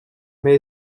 mais